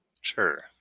Sure